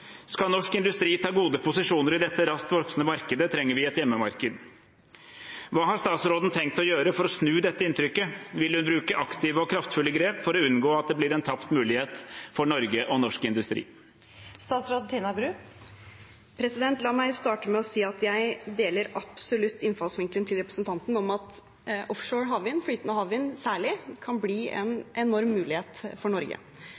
Skal norsk industri ta gode posisjoner i dette raskt voksende markedet, trenger vi et hjemmemarked. Hva har statsråden tenkt å gjøre for å snu dette inntrykket? Vil hun bruke aktive og kraftfulle grep for å unngå at det blir en tapt mulighet for Norge og norsk industri? La meg starte med å si at jeg absolutt deler innfallsvinkelen til representanten om at offshore havvind – særlig flytende havvind – kan bli en enorm mulighet for Norge.